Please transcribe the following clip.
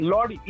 Lord